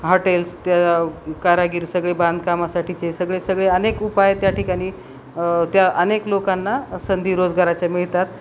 hotels त्या कारागीर सगळे बांधकामासाठीचे सगळे सगळे अनेक उपाय त्या ठिकाणी त्या अनेक लोकांना संधी रोजगाराच्या मिळतात